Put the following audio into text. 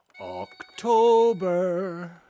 October